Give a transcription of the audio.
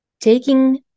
Taking